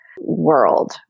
world